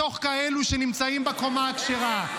מתוך כאלו שנמצאים בקומה הכשרה,